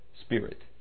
spirit